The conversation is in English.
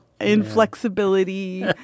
inflexibility